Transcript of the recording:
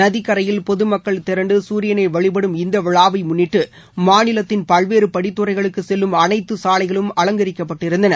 நதிக்கரையில் பொது மக்கள் திரண்டு சூரியனை வழிபடும் இந்த விழாவை முன்னிட்டு மாநிலத்தின் பல்வேறு படித்துறைகளுக்கு செல்லும் அனைத்து சாலைகளும் அலங்கரிக்கப்பட்டிருந்தன